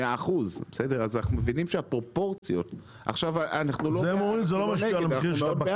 44 בסעיף קטן (א), במקום "י"ט בטבת